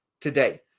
today